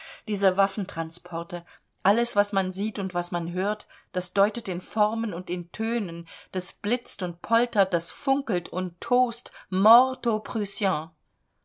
diese waffentransporte alles was man sieht und was man hört das deutet in formen und in tönen das blitzt und poltert das funkelt und tost mort